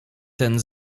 ten